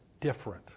different